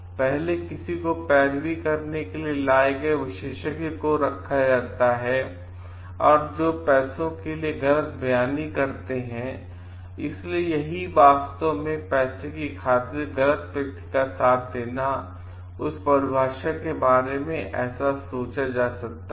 पहले किसी पैरवी को करने के लिए लाये गए विशषज्ञ को रखा जाता है जो पैसों के लिए गलत बयानी करते हैं इसलिए यही है वास्तव में पैसे की खातिर गलत व्यक्ति का साथ देना इस परिभाषा के बारे में ऐसा सोचा जा सकता है